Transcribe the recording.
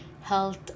health